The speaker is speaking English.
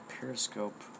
Periscope